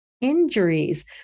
Injuries